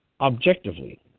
objectively